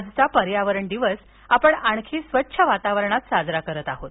आजचा पर्यावरण दिवस आपण आणखी स्वच्छ वातावरणात साजरा करत आहोत